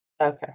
Okay